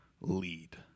lead